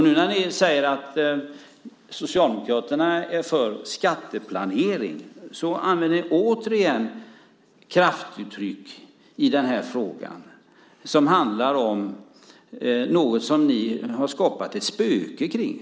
När ni säger att Socialdemokraterna är för skatteplanering använder ni återigen kraftuttryck i den här frågan, som handlar om något som ni har skapat ett spöke kring.